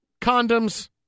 condoms